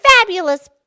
fabulous